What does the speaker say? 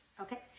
Okay